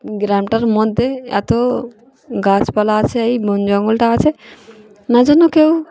গ্রামটার মধ্যে এতো গাছপালা আছে এই বন জঙ্গলটা আছে এই জন্য কেউ